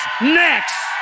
next